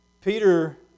Peter